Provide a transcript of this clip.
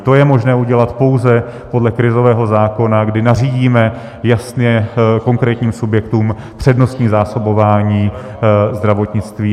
To je možné udělat pouze podle krizového zákona, kdy nařídíme jasně konkrétním subjektům přednostní zásobování zdravotnictví.